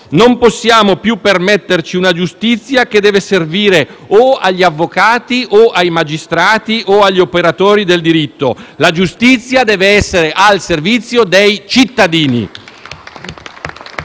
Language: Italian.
Non possiamo più permetterci una giustizia che deve servire agli avvocati, ai magistrati o agli operatori del diritto: la giustizia deve essere al servizio dei cittadini.